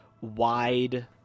wide